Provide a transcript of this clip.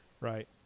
Right